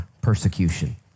persecution